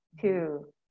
two